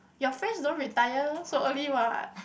your friends don't retire so early what